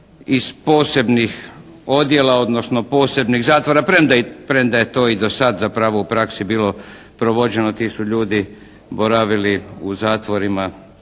iz posebnih odjela odnosno posebnih zatvora premda je to i za sad zapravo u praksi bilo provođeno. Ti su ljudi boravili u zatvorima